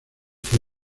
fue